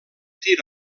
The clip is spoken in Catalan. tir